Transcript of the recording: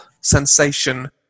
sensation